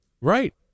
Right